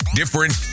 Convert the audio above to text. different